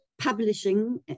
publishing